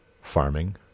farming